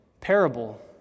parable